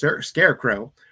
Scarecrow